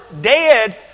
dead